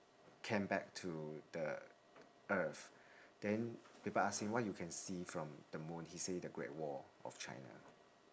came back to the earth then people ask him what you can see from the moon he say the great wall of china